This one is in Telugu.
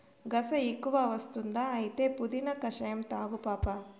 గస ఎక్కువ వస్తుందా అయితే పుదీనా కషాయం తాగు పాపా